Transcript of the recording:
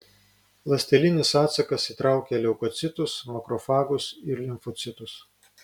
ląstelinis atsakas įtraukia leukocitus makrofagus ir limfocitus